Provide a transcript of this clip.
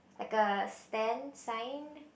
like a stand sign